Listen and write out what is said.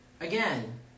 Again